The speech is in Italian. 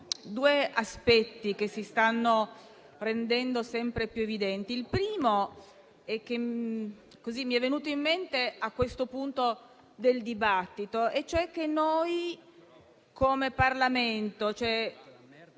due aspetti che si stanno rendendo sempre più evidenti. Il primo, che mi è venuto in mente a questo punto del dibattito, è che, come Parlamento,